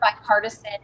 bipartisan